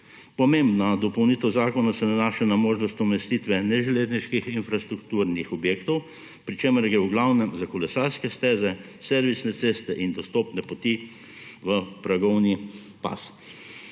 Pomembna dopolnitev zakona se nanašana na možnost umestitve neželezniških infrastrukturnih objektov, pri čemer gre v glavnem za kolesarske steze, servisne ceste in dostopne poti v progovni pas.